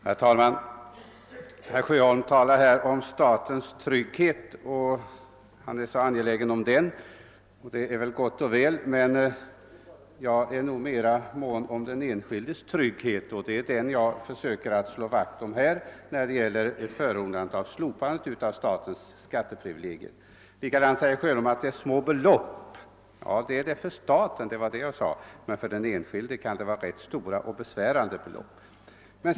Herr talman! Herr Sjöholm talar här om statens trygghet och är så angelägen om den. Det är gott och väl. Men jag är mera mån om den enskildes trygghet, och det är den jag försöker slå vakt om när jag förordar slopande av statens skatteprivilegier. Vidare säger herr Sjöholm att det gäl ler små belopp. Det är det för staten, men för den enskilde kan det vara rätt stora belopp med besvärande konsekvenser.